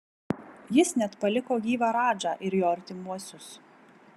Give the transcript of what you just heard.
jis net paliko gyvą radžą ir jo artimuosius